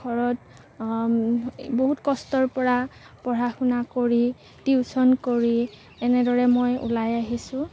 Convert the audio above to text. ঘৰত বহুত কষ্টৰপৰা পঢ়া শুনা কৰি টিউচন কৰি এনেদৰে মই ওলাই আহিছোঁ